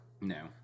No